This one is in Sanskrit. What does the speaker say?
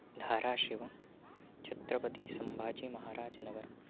धाराशिव छत्रपतिसम्भाजीमहाराजनगरम्